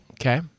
Okay